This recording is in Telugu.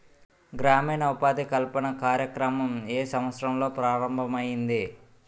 గ్రామీణ ఉపాధి కల్పన కార్యక్రమం ఏ సంవత్సరంలో ప్రారంభం ఐయ్యింది?